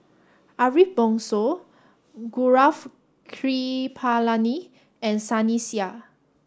Ariff Bongso Gaurav Kripalani and Sunny Sia